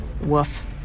Woof